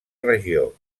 regió